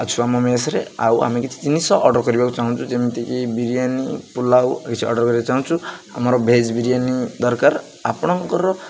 ଅଛୁ ଆମ ମେସରେ ଆଉ ଆମେ କିଛି ଜିନିଷ ଅର୍ଡ଼ର କରିବାକୁ ଚାହୁଁଛୁ ଯେମିତିକି ବିରିୟାନି ପୋଲାଓ ଅର୍ଡ଼ର କରିବାକୁ ଚାହୁଁଛୁ ଆମର ଭେଜ ବିରିୟାନୀ ଦରକାର ଆପଣଙ୍କର